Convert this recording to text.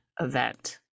event